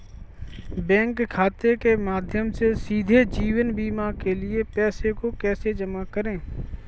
Bank खाते के माध्यम से सीधे जीवन बीमा के लिए पैसे को कैसे जमा करें?